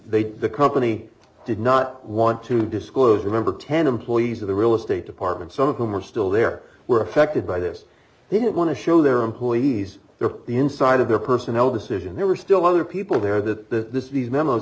did the company did not want to disclose remember ten employees of the real estate department some of whom are still there were affected by this they didn't want to show their employees their the inside of their personal decision there were still other people there that this these memos